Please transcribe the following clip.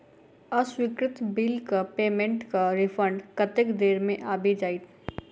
अस्वीकृत बिलक पेमेन्टक रिफन्ड कतेक देर मे आबि जाइत?